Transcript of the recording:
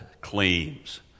claims